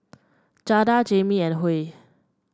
Jada Jamie and Huey